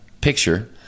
picture